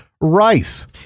rice